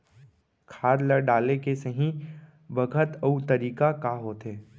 खाद ल डाले के सही बखत अऊ तरीका का होथे?